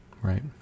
Right